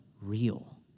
real